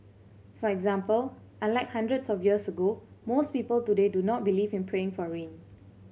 for example unlike hundreds of years ago most people today do not believe in praying for rain